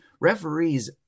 referees